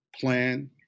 plan